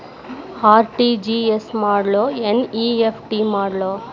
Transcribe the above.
RTGS ಮಾಡ್ಲೊ NEFT ಮಾಡ್ಲೊ?